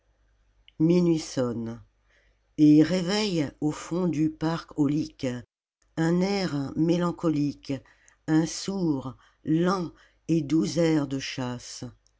minuit sonne et réveille au fond du parc aulique un air mélancolique un sourd lent et doux air de chasse